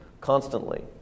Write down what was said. constantly